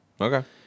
okay